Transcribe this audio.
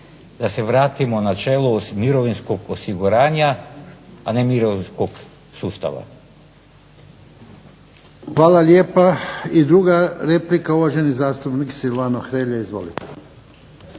da se vratimo načelu mirovinskog osiguranja, a ne mirovinskog sustava. **Jarnjak, Ivan (HDZ)** Hvala lijepa. I druga replika uvaženi zastupnik Silvano Hrelja. Izvolite.